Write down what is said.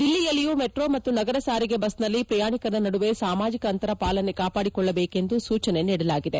ದಿಲ್ಲಿಯಲ್ಲಿಯೂ metro ಮತ್ತು ನಗರ ಸಾರಿಗೆ ಬಸ್ನಲ್ಲಿ ಪ್ರಯಾಣಿಕರ ನಡುವೆ ಸಾಮಾಜಿಕ ಅಂತರ ಪಾಲನೆ ಕಾಪಾಡಿಕೊಳ್ಳಬೇಕು ಎಂದು ಸೂಚನೆ ನೀಡಲಾಗಿದೆ